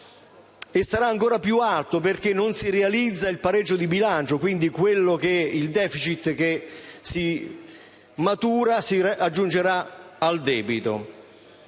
E sarà ancora più alto perché non si realizzerà il pareggio di bilancio e quindi il*deficit* maturato si aggiungerà al debito.